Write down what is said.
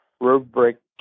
rubric